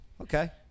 Okay